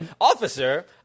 Officer